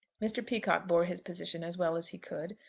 mr. peacocke bore his position as well as he could,